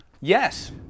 Yes